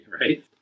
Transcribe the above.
right